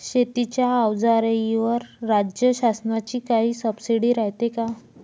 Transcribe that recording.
शेतीच्या अवजाराईवर राज्य शासनाची काई सबसीडी रायते का?